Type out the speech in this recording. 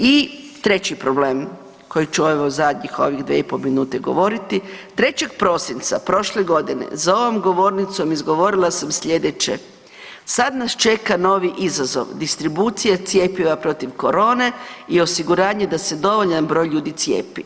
I treći problem koji ću evo ovih zadnjih 2,5 minute govoriti, 3. prosinca prošle godine, za ovom govornicom izgovorila sam slijedeće „Sad nas čeka novi izazov, distribucija cjepiva protiv korone i osiguranje da se dovoljan broj ljudi cijepi“